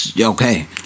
Okay